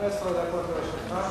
15 דקות לרשותך.